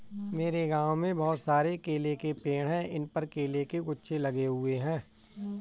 मेरे गांव में बहुत सारे केले के पेड़ हैं इन पर केले के गुच्छे लगे हुए हैं